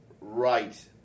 Right